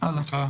הלאה.